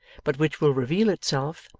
but which will reveal itself,